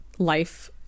life